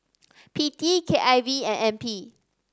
P T K I V and N P